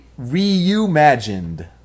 reimagined